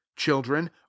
children